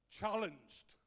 challenged